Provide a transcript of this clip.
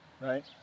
right